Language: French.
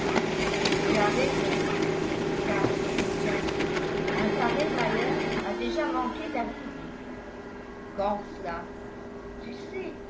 tu as raison car te souviens-tu un pareil malheur a déjà manqué d'arriver quand cela tu sais